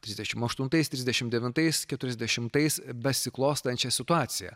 trisdešimt aštuntais trisdešimt devintais keturiasdešimtais besiklostančią situaciją